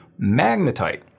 magnetite